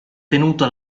tenuto